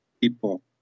people